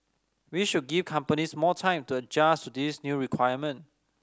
we should give companies more time to adjust to this new requirement